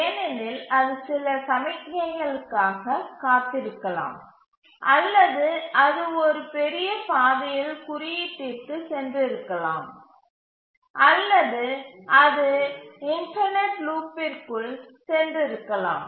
ஏனெனில் அது சில சமிக்ஞைகளுக்காகக் காத்திருக்கலாம் அல்லது அது ஒரு பெரிய பாதையில் குறியீட்டிற்குச் சென்றிருக்கலாம் அல்லது அது இன்பைநெட் லூப்பிற்குள் சென்றிருக்கலாம்